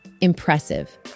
Impressive